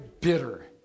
bitter